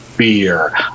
beer